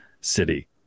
city